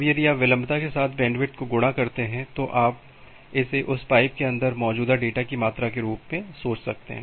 अब यदि आप विलंबता के साथ बैंडविड्थ को गुणा करते हैं तो आप इसे उस पाइप के अंदर मौजूद डेटा की मात्रा के रूप में सोच सकते हैं